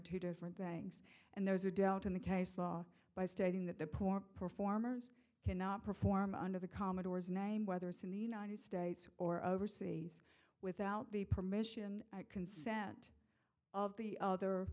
two different things and those are dealt in the case law by stating that the poor performers cannot perform under the commodores name whether it's in the united states or overseas without the permission consent of the other